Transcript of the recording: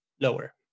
lower